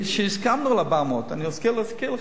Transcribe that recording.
כשהסכמנו על 400. אני רוצה להזכיר לך: